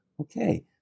okay